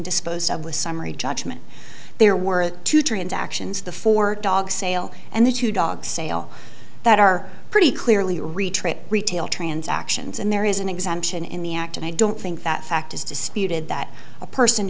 disposed of with summary judgment there were two transactions the four dog sale and the two dogs sale that are pretty clearly retrained retail transactions and there is an exemption in the act and i don't think that fact is disputed that a person